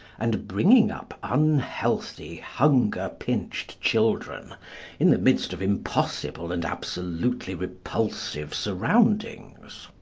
and bringing up unhealthy, hunger-pinched children in the midst of impossible and absolutely repulsive surroundings.